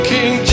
King